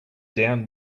down